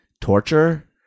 torture